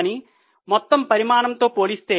కానీ మొత్తం పరిమాణంతో పోలిస్తే